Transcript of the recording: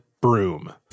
broom